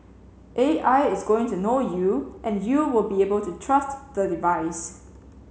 A I is going to know you and you will be able to trust the device